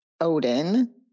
Odin